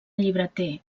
llibreter